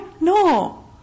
No